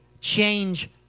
change